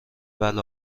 بله